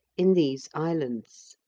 in these islands.